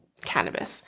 cannabis